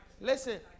Listen